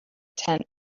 tent